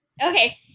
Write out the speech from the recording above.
Okay